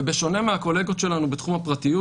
ובשונה מהקולגות שלנו בתחום הפרטיות